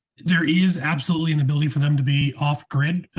there is absolutely an ability for them to be off grid.